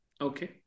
Okay